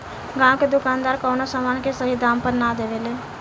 गांव के दुकानदार कवनो समान के सही दाम पर ना देवे ले